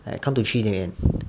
I count to three then you end